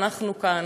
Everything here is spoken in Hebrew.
אנחנו כאן.